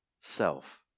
self